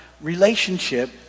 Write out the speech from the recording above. relationship